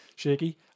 Shaky